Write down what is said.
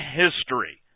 history